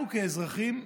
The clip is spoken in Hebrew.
אנחנו כאזרחים,